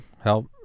help